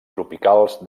tropicals